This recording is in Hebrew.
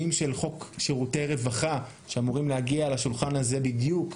של חוק שירותי רווחה שאמורים להגיע לשולחן הזה בדיוק.